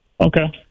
Okay